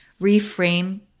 reframe